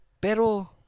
Pero